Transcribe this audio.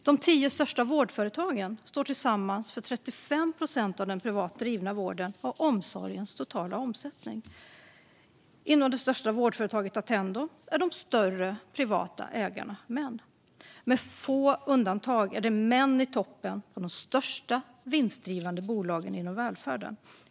De tio största vårdföretagen står tillsammans för 35 procent av den privat drivna vårdens och omsorgens totala omsättning. Inom det största vårdföretaget Attendo är de större privata ägarna män. Med få undantag är det män i toppen på de största vinstdrivande bolagen inom välfärden.